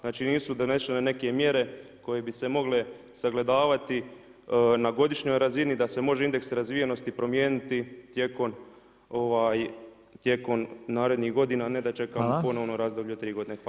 Znači nisu donešene neke mjere koje bi se mogle sagledavati na godišnjoj razini da se može indeks razvijenosti promijeniti tijekom narednih godina, a ne da čekamo ponovno razdoblje od tri godine.